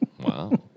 wow